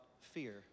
fear